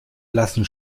blassen